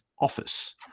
office